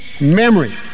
memory